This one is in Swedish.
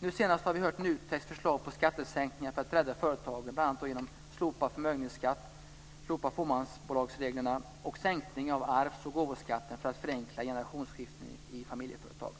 Nu senast har vi hört NUTEK:s förslag till skattesänkningar för att rädda företagen, bl.a. genom slopad förmögenhetsskatt, slopade fåmansbolagsregler och sänkning av arvs och gåvoskatten för att förenkla generationsskiften i familjeföretag.